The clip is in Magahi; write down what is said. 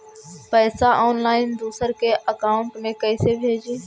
पैसा ऑनलाइन दूसरा के अकाउंट में कैसे भेजी?